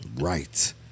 Right